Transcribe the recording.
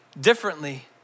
differently